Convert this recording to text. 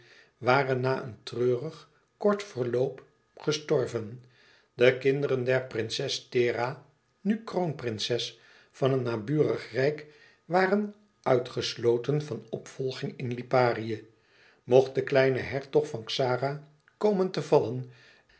waren na een treurig kort verloop gestorven de kinderen der prinses thera nu kroonprinses van een naburig rijk waren uitgesloten van de opvolging in liparië mocht de kleine hertog van xara komen te vallen